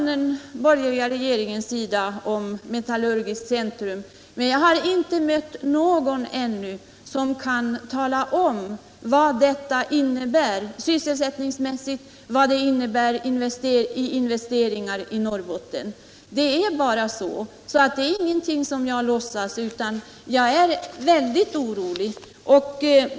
Den borgerliga regeringen talar om ett metallurgiskt centrum, men jag har ännu inte mött någon som kan tala om vad detta skulle innebära sysselsättningsmässigt och i form av investeringar i Norrbotten. Det är bara så; det är alltså ingenting som jag låtsas, utan jag är verkligen mycket orolig.